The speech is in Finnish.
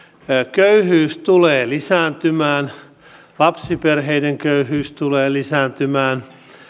köyhyys tulee lisääntymään lapsiperheiden köyhyys tulee lisääntymään